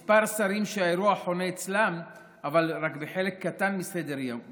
שהיו כמה שרים שהאירוע חונה אצלם אבל רק בחלק קטן מסדר-יומם,